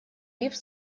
лифт